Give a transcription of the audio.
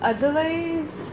Otherwise